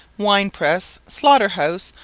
wine-press, slaughter-house,